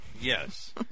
Yes